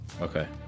Okay